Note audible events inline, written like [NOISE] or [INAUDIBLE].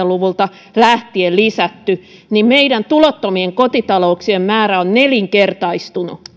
[UNINTELLIGIBLE] luvulta lähtien lisätty tulottomien kotitalouksien määrä on nelinkertaistunut